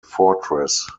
fortress